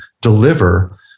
deliver